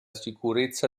sicurezza